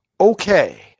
Okay